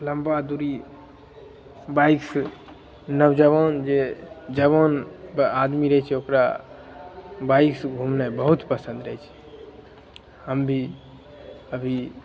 लम्बा दुरी बाइक से नौजवान जे जवान आदमी रहै छै ओकरा बाइक से घुमनाइ बहुत पसंद अछि हम भी अभी